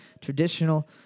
traditional